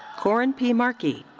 corrin p. markey